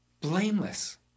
Blameless